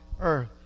earth